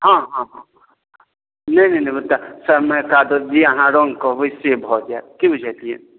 हँ हँ हँ नहि नहि नहि लेबै तऽ हमरा जे अहाँ रङ्ग कहबै से भऽ जायत की बुझलियै